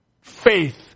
Faith